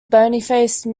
boniface